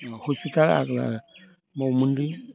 hospital आग्ला दंमोनलै